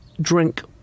drink